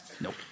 Nope